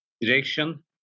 direction